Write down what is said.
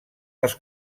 als